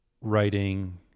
writing